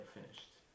finished